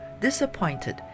Disappointed